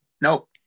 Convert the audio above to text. Nope